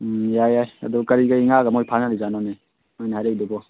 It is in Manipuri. ꯎꯝ ꯌꯥꯏ ꯌꯥꯏ ꯑꯗꯣ ꯀꯔꯤ ꯀꯔꯤ ꯉꯥꯒ ꯃꯣꯏ ꯐꯥꯅꯔꯤꯖꯥꯠꯅꯣꯅꯦ ꯅꯣꯏꯅ ꯍꯥꯏꯔꯛꯏꯗꯨꯕꯣ